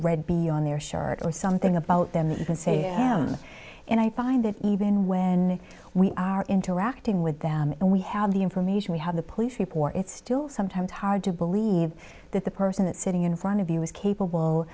red be on their shirt or something about them that you can say and i find that even when we are interacting with them and we have the information we have the police report it's still sometimes hard to believe that the person that sitting in front of you was capable